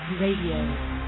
Radio